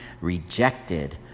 rejected